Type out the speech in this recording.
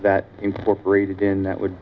that incorporated in that would